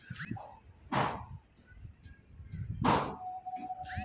मुद्रास्फीति की वजह से गरीब लोग क्यों दुखी होते हैं?